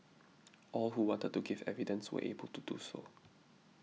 all who wanted to give evidence were able to do so